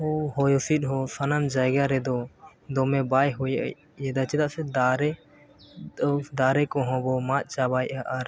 ᱦᱚᱭᱦᱤᱸᱥᱤᱫᱽ ᱦᱚᱸ ᱥᱟᱱᱟᱢ ᱡᱟᱭᱜᱟ ᱨᱮᱫᱚ ᱫᱚᱢᱮ ᱵᱟᱭ ᱦᱚᱭᱮᱫᱟ ᱪᱮᱫᱟᱜ ᱥᱮ ᱫᱟᱨᱮᱫᱚ ᱫᱟᱨᱮ ᱠᱚᱦᱚᱸ ᱵᱚᱱ ᱢᱟᱜ ᱪᱟᱵᱟᱭᱮᱫᱼᱟ ᱟᱨ